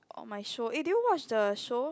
or my show eh did you watch the show